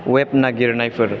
web नागिरनायफोर